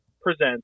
Presents